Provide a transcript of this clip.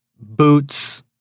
boots